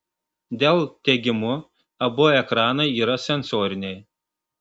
dell teigimu abu ekranai yra sensoriniai